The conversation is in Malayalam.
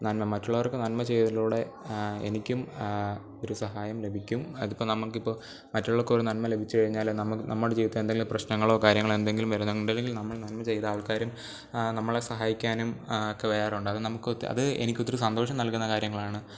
നന്മ മറ്റുള്ളവർക്ക് നന്മ ചെയ്യുന്നേലൂടെ എനിക്കും ഒരു സഹായം ലഭിക്കും അതിപ്പോൾ നമുക്കിപ്പോൾ മറ്റുള്ളവർക്കൊരു നന്മ ലഭിച്ച് കഴിഞ്ഞാൽ നമ്മുടെ ജീവിതത്തിലെന്തെങ്കിലും പ്രശ്നങ്ങളോ കാര്യങ്ങളോ എന്തെങ്കിലും വരുന്നുണ്ടെങ്കിൽ നമ്മൾ നന്മ ചെയ്ത ആൾക്കാരും നമ്മളെ സഹായിക്കാനും ഒക്കെ വേറുണ്ട് അതു നമ്മൾക്കൊക്കെ എനിക്ക് സന്തോഷം നൽകുന്ന കാര്യങ്ങളാണ്